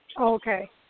Okay